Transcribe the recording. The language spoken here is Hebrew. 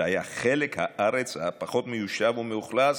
זה היה חלק הארץ הפחות מיושב ומאוכלס",